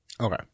Okay